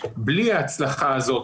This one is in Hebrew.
בלי ההצלחה הזאת